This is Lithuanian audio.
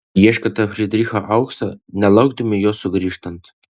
ieškote frydricho aukso nelaukdami jo sugrįžtant